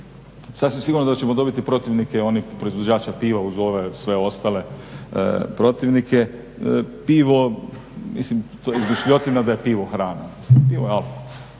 sasvim sigurno da ćemo dobiti protivnike onih proizvođača piva uz ove sve ostale protivnike. Pivo, to je izmišljotina da je pivo hrana. Pivo je